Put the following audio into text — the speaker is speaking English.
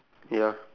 ya